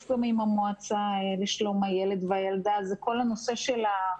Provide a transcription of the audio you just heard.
גם עם המועצה לשלום הילד והילדה ו"אתנה",